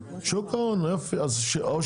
אם נפתור את הבעיות - נכניס, ואם